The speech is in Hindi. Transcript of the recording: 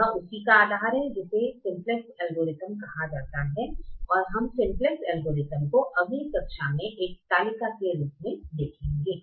यह उसी का आधार है जिसे सिम्प्लेक्स एल्गोरिथम कहा जाता है और हम सिम्प्लेक्स एल्गोरिथ्म को अगली कक्षा में एक तालिका के रूप में देखेंगे